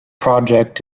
project